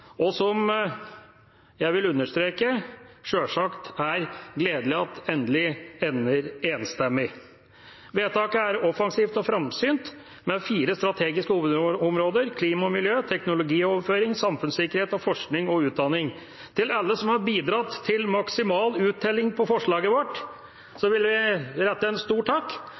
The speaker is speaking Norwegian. og som jeg vil understreke at sjølsagt er gledelig at endelig ender enstemmig. Vedtaket er offensivt og framsynt, med fire strategiske hovedområder: klima og miljø, teknologioverføring, samfunnssikkerhet og forskning og utdanning. Til alle som har bidratt til maksimal uttelling for forslaget vårt, vil jeg rette en stor takk.